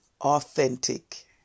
authentic